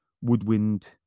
woodwind